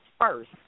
first